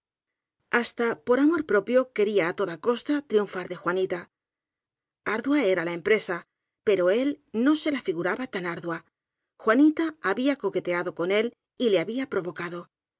hasta por amor propio quería á toda costa triun far de juanita ardua era la empresa pero él no se la figuraba tan ardua juanita había coqueteado con él y le había provocado